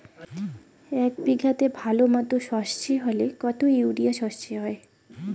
এক বিঘাতে ভালো মতো সর্ষে হলে কত ইউরিয়া সর্ষে হয়?